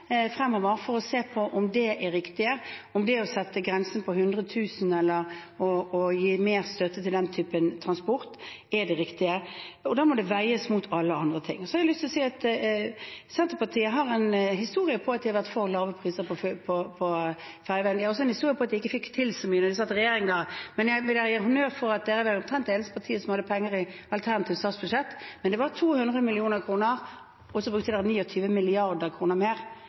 fremover for å se på om det er det riktige, om det å sette grensen ved 100 000 og gi mer støtte til den typen transport, er det riktige, og da må det veies mot alle andre ting. Så har jeg lyst til å si at Senterpartiet har en historie med at de har vært for lave priser på ferjer, men de har også en historie med at de ikke fikk til så mye da de satt i regjering. Jeg vil gi dem honnør for at de var omtrent det eneste partiet som hadde penger til dette i alternativt statsbudsjett. Men det var 200 mill. kr – og så brukte de 29 mrd. kr mer